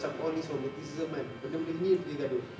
macam all these romanticism kan benda-benda gini fikir gaduh